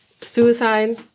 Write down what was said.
suicide